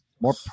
more